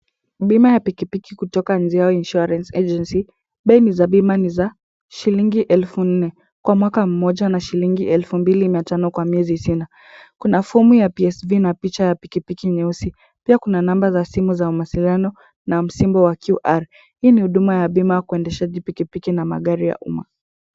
Bima ya pikipiki kutoka Njiao Insurance Agency, bei za bima ni za shilingi elfu nne kwa mwaka mmoja na shilingi elfu mbili mia tano kwa miezi sita. Kuna fomu ya PSV na picha ya pikipiki nyeusi. Pia kuna namba za simu za mawasiliano na msimbo wa QR. Hii ni huduma ya bima ya undeshaji wa pikipiki na magari ya umma.